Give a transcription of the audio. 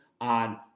on